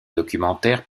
documentaires